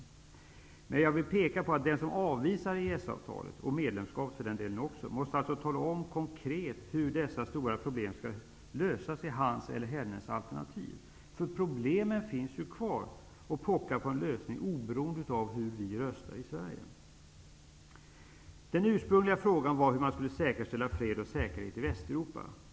Den som avvisar EES-avtal, och EG-medlemskap för den delen, måste alltså tala om konkret hur dessa stora problem skall lösas i hans eller hennes alternativ. För problemen finns ju kvar och pockar på en lösning, oberoende av hur vi röstar i Sverige. Den ursprungliga frågan var hur man skulle säkerställa fred och säkerhet i Västeuropa.